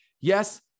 Yes